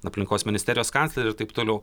aplinkos ministerijos kanclerį ir taip toliau